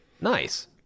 Nice